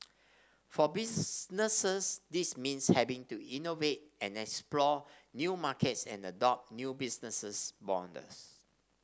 for businesses this means having to innovate and explore new markets and adopt new business models